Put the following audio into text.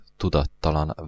tudattalan